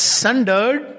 sundered